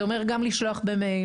זה אומר גם לשלוח במייל,